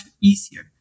easier